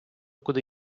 куди